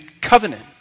Covenant